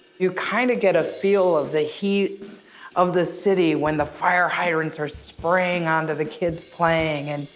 you kind of get a feel of the heat of the city when the fire hydrants are spraying on to the kids playing and,